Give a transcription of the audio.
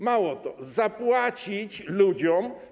Mało tego, zapłacić ludziom.